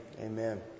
amen